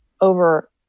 over